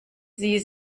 sie